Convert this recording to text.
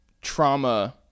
trauma